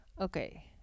Okay